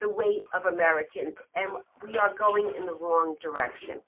the weight of americans. and we are going in the wrong direction.